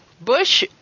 Bush